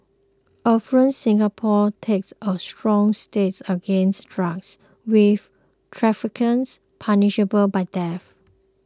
affluent Singapore takes a strong stance against drugs with traffickers punishable by death